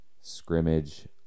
Scrimmage